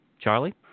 Charlie